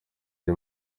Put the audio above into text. ari